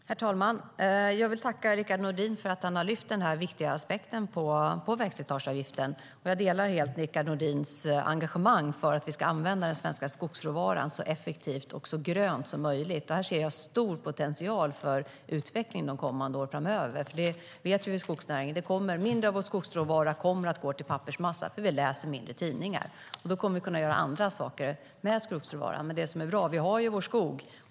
Herr talman! Jag vill tacka Rickard Nordin för att han har lyft den här viktiga aspekten på vägslitageavgiften. Jag delar helt Rickard Nordins engagemang för att man ska använda den svenska skogsråvaran så effektivt och så grönt som möjligt. Där ser jag en stor potential för utvecklingen under de kommande åren framöver. Mindre av skogsråvara kommer att gå till pappersmassa eftersom vi läser mindre tidningar. Då kommer man att kunna göra andra saker av skogsråvaran. Det är bra att vi har vår skog.